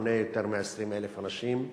שמונה יותר מ-20,000 אנשים.